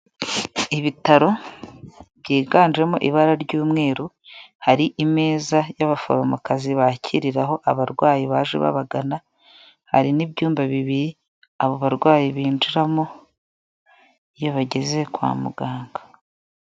Ibitaro byiganjemo ibara ry'umweru, hari imeza y'abaforomokazi bakiriraho abarwayi baje babagana hari n'byumba bibiri abo barwayi binjiramo iyo bageze kwa muganga.